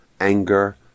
anger